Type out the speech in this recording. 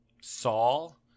Saul